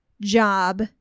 job